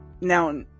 Now